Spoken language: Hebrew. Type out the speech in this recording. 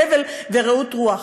הבל ורעות רוח.